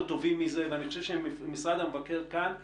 טובים מזה ואני חושב שמשרד המבקר כאן,